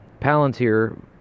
Palantir